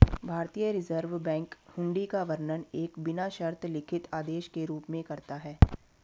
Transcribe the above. भारतीय reserve bank हुंडी का वर्णन एक बिना शर्त लिखित आदेश के रूप में करता है